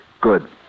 Good